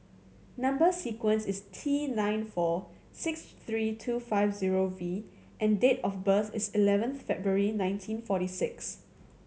number sequence is T nine four six three two five zero V and date of birth is eleven February nineteen forty six